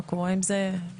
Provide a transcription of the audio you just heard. מה קורה עם זה.